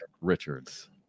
Richards